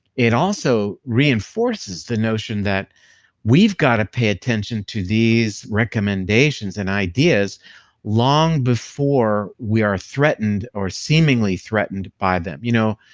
it also reinforces the notion that we've gotta pay attention to these recommendations and ideas long before we are threatened, or seemingly threatened, by them. you know,